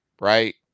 right